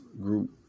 group